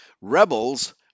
rebels